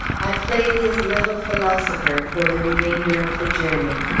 i played his little philosopher for the remainder of the journey.